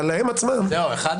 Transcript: אבל הם עצמם כן.